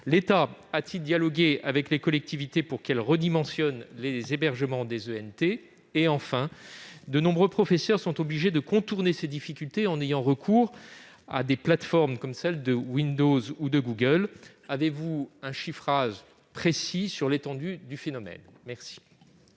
L'État a-t-il dialogué avec les collectivités locales pour qu'elles redimensionnent les hébergements des ENT ? Enfin, de nombreux professeurs sont obligés de contourner ces difficultés en recourant à des plateformes, comme celles de Windows ou de Google. Disposez-vous d'un chiffrage précis sur l'étendue du phénomène ? La